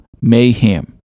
mayhem